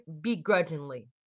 begrudgingly